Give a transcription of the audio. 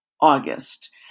August